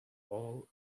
all